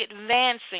advancing